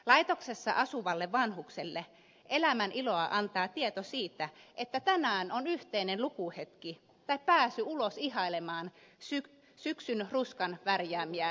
laitoksessa asuvalle vanhukselle elämäniloa antaa tieto siitä että tänään on yhteinen lukuhetki tai pääsy ulos ihailemaan syksyn ruskan värjäämiä lehtiä